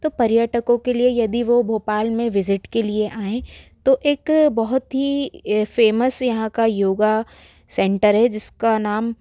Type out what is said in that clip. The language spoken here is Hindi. तो पर्यटकों के लिए यदि वो भोपाल में भिज़िट के लिए आए तो एक बहुत ही एक फेमस यहाँ का योगा सेंटर है जिसका नाम